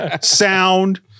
sound